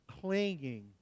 clinging